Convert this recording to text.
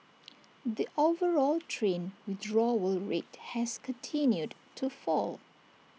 the overall train withdrawal rate has continued to fall